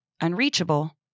unreachable